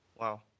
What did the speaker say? Wow